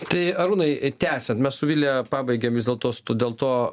tai arūnai tęsiant mes su vilija pabaigėm vis dėlto dėl to